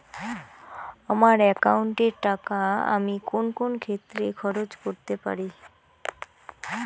আমার একাউন্ট এর টাকা আমি কোন কোন ক্ষেত্রে খরচ করতে পারি?